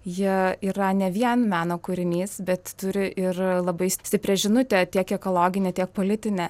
jie yra ne vien meno kūrinys bet turi ir labai stiprią žinutę tiek ekologinę tiek politinę